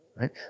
Right